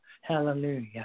hallelujah